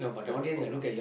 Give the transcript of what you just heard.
that's a problem